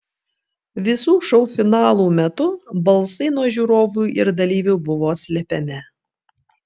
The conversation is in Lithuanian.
visų šou finalų metu balsai nuo žiūrovų ir dalyvių buvo slepiami